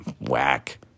whack